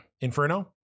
Inferno